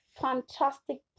fantastic